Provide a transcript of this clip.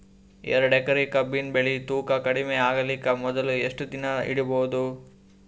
ಎರಡೇಕರಿ ಕಬ್ಬಿನ್ ಬೆಳಿ ತೂಕ ಕಡಿಮೆ ಆಗಲಿಕ ಮೊದಲು ಎಷ್ಟ ದಿನ ಇಡಬಹುದು?